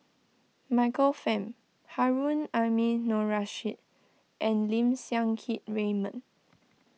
Michael Fam Harun Aminurrashid and Lim Siang Keat Raymond